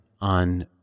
on